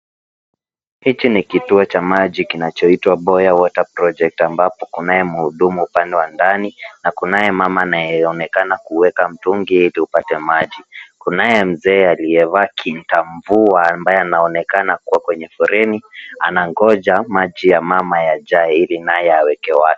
Hiki ni kituo cha maji kinachoitwa Boya water project ambapo kunaye mhudumu upande wa ndani na kunaye mama anayeonekana kuweka mtungi ili apate maji. Kunaye Mzee aliyevaa kingamvua ambaye anaonekana kwenye foleni anangoja maji ya mama yajae ili naye aweke.